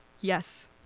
Yes